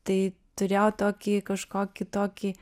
tai turėjau tokį kažkokį tokį